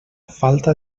falta